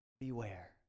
beware